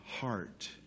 heart